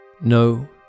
No